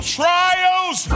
trials